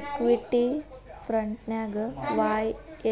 equity ಫ್ರಂಟ್ನ್ಯಾಗ ವಾಯ